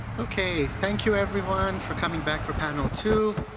okay, thank you everyone for coming back for panel two.